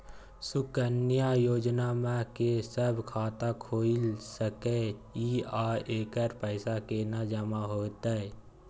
सुकन्या योजना म के सब खाता खोइल सके इ आ एकर पैसा केना जमा होतै?